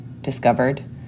discovered